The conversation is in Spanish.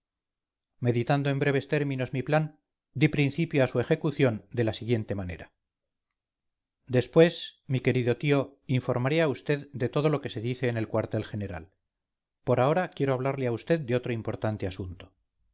meditando en breves términos mi plan di principio a su ejecución de la siguiente manera después mi querido tío informaré a usted de todo lo que se dice en el cuartel general por ahora quiero hablarle a vd de otro importante asunto